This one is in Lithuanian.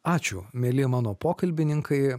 ačiū mieli mano pokalbininkai